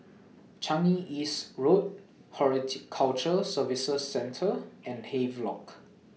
Changi East Road Horticulture Services Centre and Havelock